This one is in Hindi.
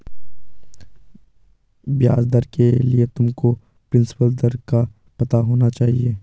ब्याज दर के लिए तुमको प्रिंसिपल दर का पता होना चाहिए